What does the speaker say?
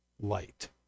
light